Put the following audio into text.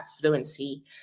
fluency